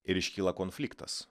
ir iškyla konfliktas